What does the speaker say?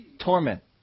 torment